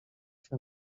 się